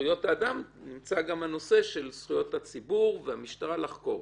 זכויות האדם נמצא גם הנושא של זכויות הציבור והמשטרה לחוק.